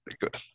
good